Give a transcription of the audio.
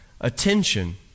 attention